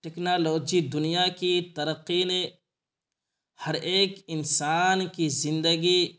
technology دنیا کی ترقی نے ہر ایک انسان کی زندگی